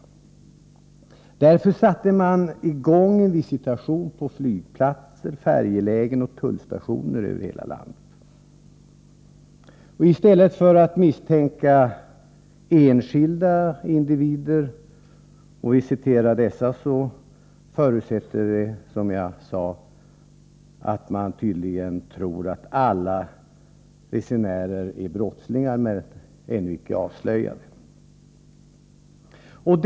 Tullverket satte i gång en visitation på flygplatser, färjelägen och tullstationer över hela landet. I stället för att misstänka enskilda individer förutsätter man tydligen att alla resenärer är ännu icke avslöjade brottslingar.